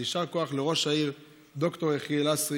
אז יישר כוח לראש העיר ד"ר יחיאל לסרי